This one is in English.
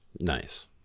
Nice